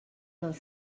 vingt